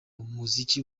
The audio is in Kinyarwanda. muziki